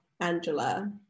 Angela